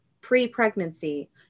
pre-pregnancy